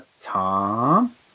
tom